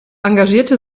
engagierte